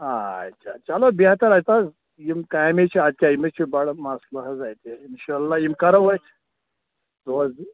اچھا چلو بہتر حظ یِم کامہِ چھِ اَدٕ کیٛاہ یِم ہَے چھِ بڈٕ مسلہٕ حظ اَتہِ اِنشا اللہ یِم کرو أسۍ دۄہ زٕ